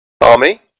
army